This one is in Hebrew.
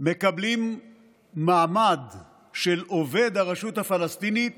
מקבלים מעמד של עובד הרשות הפלסטינית